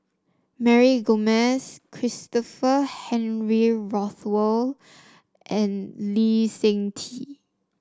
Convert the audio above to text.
Mary Gomes Christopher Henry Rothwell and Lee Seng Tee